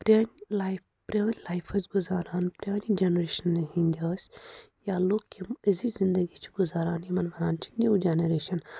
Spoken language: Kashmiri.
پرٛانہِ لایٔفہِ پرٛٲنۍ لایِٔف ٲسۍ گُزاران پرٛانہِ جَنٛریشنہٕ ہٕنٛدۍ ٲسۍ یا لوٗکھ یِم أزِچ زِنٛدگی چھِ گُزاران یِمَن وَنان چھِ نِیو جَنٛریشَن